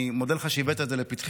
אני מודה לך שהבאת את זה לפתחי.